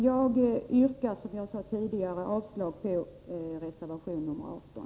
Jag yrkar, som jag tidigare sade, avslag på reservation nr 18.